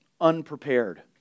unprepared